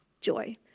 Joy